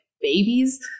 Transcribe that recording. babies